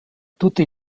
tutti